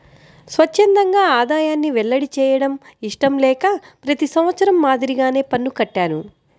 స్వఛ్చందంగా ఆదాయాన్ని వెల్లడి చేయడం ఇష్టం లేక ప్రతి సంవత్సరం మాదిరిగానే పన్ను కట్టాను